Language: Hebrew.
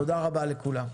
תודה רבה לכולם.